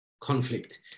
conflict